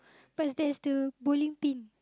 but they still bowling pin